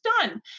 done